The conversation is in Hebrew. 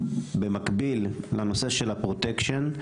במקביל לנושא של הפרוטקשן,